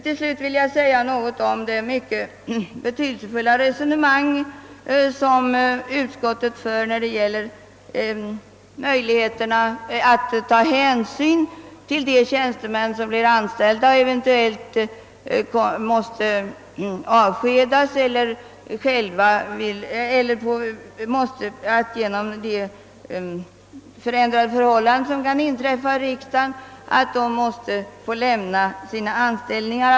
Till slut vill jag säga något om det mycket betydelsefulla resonemang som utskottet för beträffande möjligheterna att ta hänsyn till de tjänstemän som eventuellt måste avskedas och som på grund av ändrade arbetsförhållanden i riksdagen är tvungna att lämna sina anställningar.